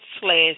slash